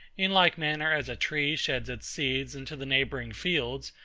in like manner as a tree sheds its seed into the neighbouring fields,